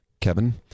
kevin